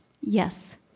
Yes